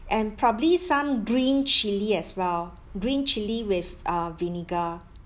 and probably some green chilli as well green chilli with uh vinegar